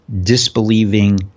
disbelieving